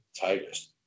Tigers